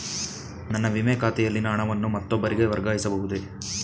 ನನ್ನ ವಿಮೆ ಖಾತೆಯಲ್ಲಿನ ಹಣವನ್ನು ಮತ್ತೊಬ್ಬರಿಗೆ ವರ್ಗಾಯಿಸ ಬಹುದೇ?